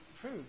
true